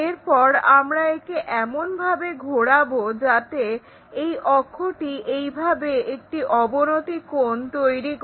এরপর আমরা একে এমন ভাবে ঘোরাবো যাতে অক্ষটি এইভাবে একটি অবনতি কোণ তৈরি করে